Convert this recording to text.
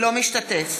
לא משתתף